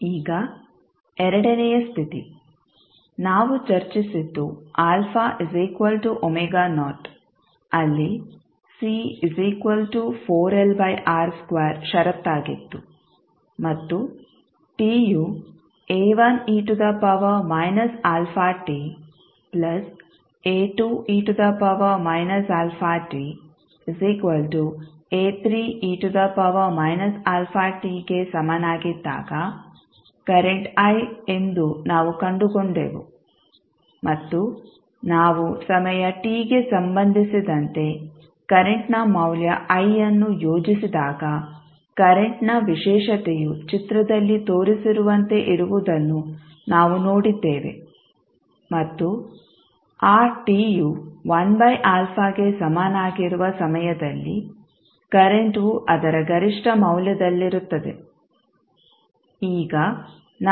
ಈಗ ಎರಡನೆಯ ಸ್ಥಿತಿ ನಾವು ಚರ್ಚಿಸಿದ್ದು ಅಲ್ಲಿ ಷರತ್ತಾಗಿತ್ತು ಮತ್ತು t ಯು ಗೆ ಸಮನಾಗಿದ್ದಾಗ ಕರೆಂಟ್ i ಎಂದು ನಾವು ಕಂಡುಕೊಂಡೆವು ಮತ್ತು ನಾವು ಸಮಯ t ಗೆ ಸಂಬಂಧಿಸಿದಂತೆ ಕರೆಂಟ್ನ ಮೌಲ್ಯ i ಅನ್ನು ಯೋಜಿಸಿದಾಗ ಕರೆಂಟ್ನ ವಿಶಿಷ್ಟತೆಯು ಚಿತ್ರದಲ್ಲಿ ತೋರಿಸಿರುವಂತೆ ಇರುವುದನ್ನು ನಾವು ನೋಡಿದ್ದೇವೆ ಮತ್ತು ಆ t ಯು 1α ಗೆ ಸಮನಾಗಿರುವ ಸಮಯದಲ್ಲಿ ಕರೆಂಟ್ವು ಅದರ ಗರಿಷ್ಠ ಮೌಲ್ಯದಲ್ಲಿರುತ್ತದೆ